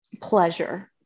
pleasure